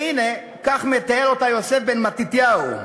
והנה, כך מתאר אותה יוסף בן מתתיהו: